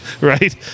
Right